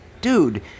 dude